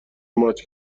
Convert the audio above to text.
ماچ